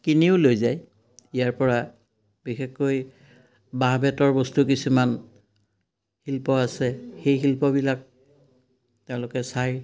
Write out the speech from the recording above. কিনিও লৈ যায় ইয়াৰপৰা বিশেষকৈ বাঁহ বেতৰ বস্তু কিছুমান শিল্প আছে সেই শিল্পবিলাক তেওঁলোকে চাই